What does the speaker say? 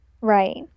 Right